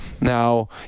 Now